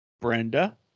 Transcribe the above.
Brenda